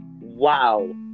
wow